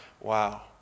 wow